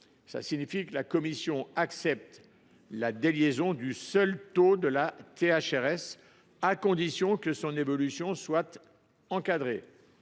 cela signifie que la commission accepte la déliaison du seul taux de la THRS, à condition que son évolution reste encadrée.